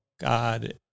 god